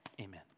Amen